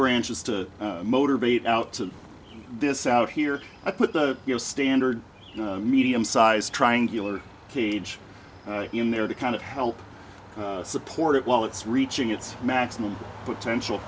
branches to motivate out of this out here i put the standard medium sized triangular cage in there to kind of help support it while it's reaching its maximum potential